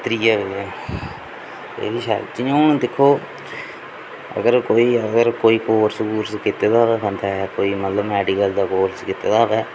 त्रीया एह् बी शैल जि'यां हून दिक्खो अगर कोई अगर कोई कोर्स कूर्स कीते दा होऐ बंदै कोई मतलब मैडिकल दा कोर्स कीते दा होवे